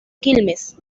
quilmes